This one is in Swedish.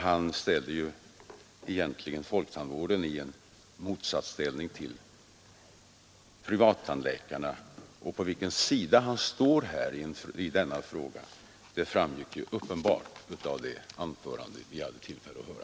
Han ställer egentligen folktandvården i motsatsställning till privattandläkarna. Och på vilken sida han står i denna fråga framgick ju uppenbart av det anförande vi hade tillfälle att höra.